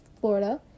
Florida